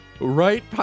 Right